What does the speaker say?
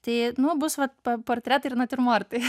tai nu bus vat pa portretai ir natiurmortai